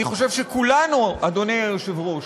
אני חושב שכולנו, אדוני היושב-ראש,